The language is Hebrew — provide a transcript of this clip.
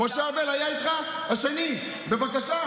משה ארבל היה איתך השני, בבקשה.